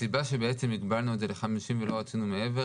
הסיבה שבעצם הגבלנו את זה ל-50 ולא רצינו מעבר,